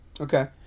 Okay